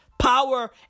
Power